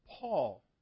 Paul